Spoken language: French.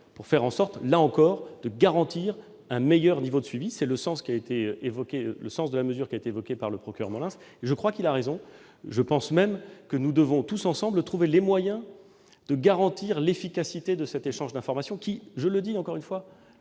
pouvons discuter avec elles pour garantir un meilleur niveau de suivi. Tel est le sens de la mesure évoquée par le procureur Molins, et je crois qu'il a raison. Je pense même que nous devons, tous ensemble, trouver les moyens de garantir l'efficacité de cet échange d'informations, lequel, je le dis encore une fois,